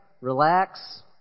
Relax